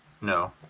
No